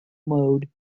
mode